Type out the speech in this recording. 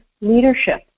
leadership